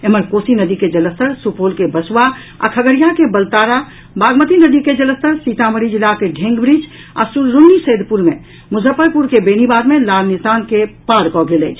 एम्हर कोसी नदी के जलस्तर सुपौल के बसुआ आ खगड़िया के बलतारा बागमती नदी के जलस्तर सीतामढ़ी जिलाक ढेंग ब्रिज तथा रून्नीसैदपुर मे मुजफ्फरपुर के बेनीबाद मे लाल निशान के पार कऽ गेल अछि